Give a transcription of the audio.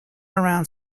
around